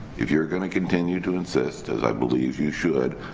if you're going to continue to insist as i believe you should,